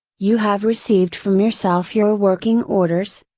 you have received from yourself your working orders,